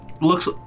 looks